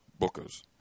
Bookers